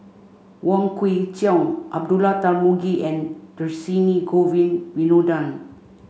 Wong Kwei Cheong Abdullah Tarmugi and Dhershini Govin Winodan